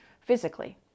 physically